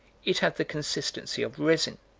it had the consistency of resin.